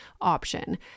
option